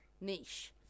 niche